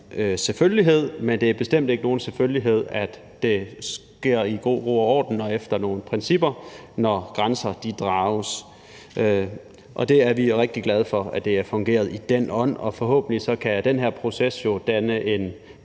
selvfølgelighed, men det er bestemt ikke nogen selvfølgelighed, at det sker i god ro og orden og efter nogle principper, når grænser drages. Vi er rigtig glade for, at det har fungeret i den ånd, og forhåbentlig kan den her proces danne